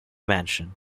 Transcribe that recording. mansion